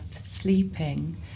sleeping